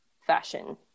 fashion